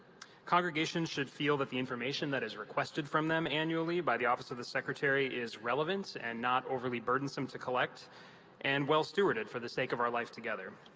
congregations should feel that the information that is requested from them annually by the office of secretary is relevant and not overly burdensome to collect and well stewarded for the sake of our life together.